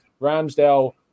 Ramsdale